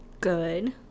good